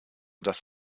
dass